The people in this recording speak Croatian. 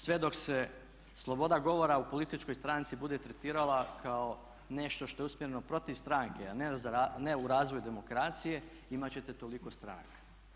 Sve dok se sloboda govora u političkoj stranci bude tretirala kao nešto što je usmjereno protiv stranke a ne u razvoju demokracije, imati ćete toliko stranaka.